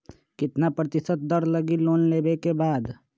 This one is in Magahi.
कितना प्रतिशत दर लगी लोन लेबे के बाद?